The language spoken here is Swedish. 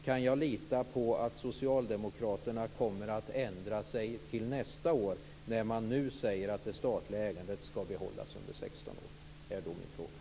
Kan jag lita på att socialdemokraterna kommer att ändra sig till nästa år, när man nu säger att det statliga ägandet skall behållas under 16 år?